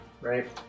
right